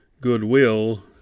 goodwill